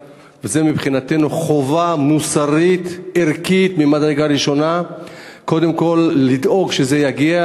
ומבחינתנו זו חובה מוסרית-ערכית ממדרגה ראשונה קודם כול לדאוג שזה יגיע,